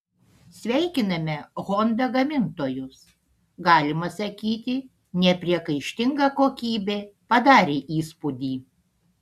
sveikiname honda gamintojus galima sakyti nepriekaištinga kokybė padarė įspūdį